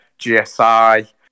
GSI